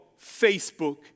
Facebook